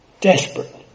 Desperate